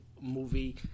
movie